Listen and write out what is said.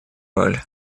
роль